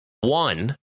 One